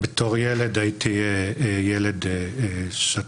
בתור ילד הייתי ילד שתקן,